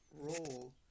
role